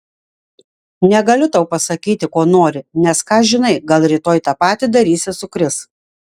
negaliu tau pasakyti ko nori nes ką žinai gal rytoj tą patį darysi su kris